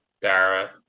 Dara